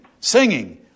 singing